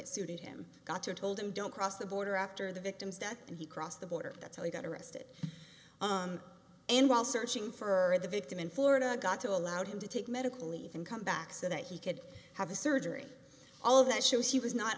it suited him got to told him don't cross the border after the victim's death and he crossed the border that's how he got arrested and while searching for the victim in florida got to allowed him to take medical leave and come back so that he could have a surgery all of that shows he was not